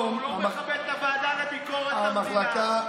הוא לא מכבד את הוועדה לביקורת המדינה.